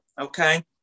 okay